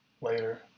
later